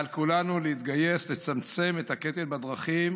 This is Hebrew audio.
על כולנו להתגייס לצמצם את הקטל בדרכים